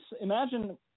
imagine